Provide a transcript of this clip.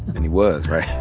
and he was, right?